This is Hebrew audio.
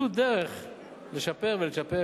זו דרך לשפר ולצ'פר,